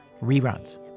reruns